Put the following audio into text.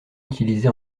utilisé